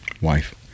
wife